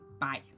Bye